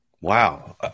Wow